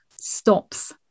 stops